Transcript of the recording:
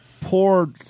poor